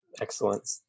Excellent